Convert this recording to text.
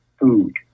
food